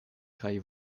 kaj